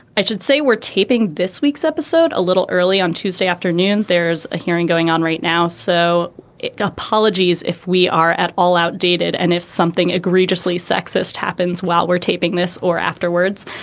i should say. we're taping this week's episode a little early on tuesday afternoon. there's a hearing going on right now. so ah apologies if we are at all outdated and if something egregiously sexist happens while we're taping this or afterwards.